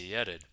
added